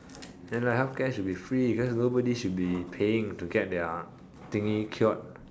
then like healthcare should be free cause nobody should be paying to get their thingy cured